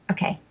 Okay